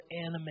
anime